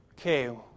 okay